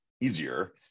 easier